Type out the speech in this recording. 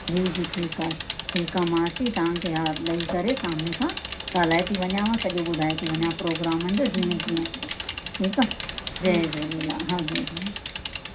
जी जी ठीक्कु आहे ठीकु आहे मां अची तव्हांखे ॾेई कर सामने खां ॻाल्हाए थी वञांव सॼो ॿुधाए थी वञा प्रोग्रामन जो जीअं जीअं ठीकु आहे जय झूलेलाल हा जय झूलेलाल